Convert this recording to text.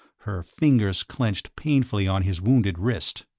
her fingers clenched painfully on his wounded wrist.